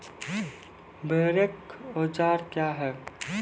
बोरेक औजार क्या हैं?